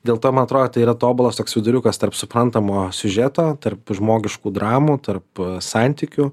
dėl to man atrodo tai yra tobulas toks viduriukas tarp suprantamo siužeto tarp žmogiškų dramų tarp santykių